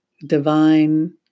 divine